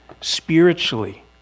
Spiritually